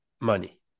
money